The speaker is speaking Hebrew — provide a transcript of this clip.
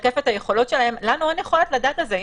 שקורה בפועל "הנהלת בתי המשפט תעביר לשירות בתי הסוהר רשימה